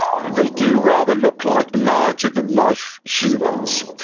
they do rather look like larger than life humans.